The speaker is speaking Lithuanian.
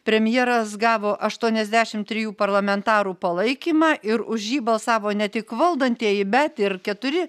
premjeras gavo aštuoniasdešim trijų parlamentarų palaikymą ir už jį balsavo ne tik valdantieji bet ir keturi